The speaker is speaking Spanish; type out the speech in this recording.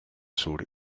sur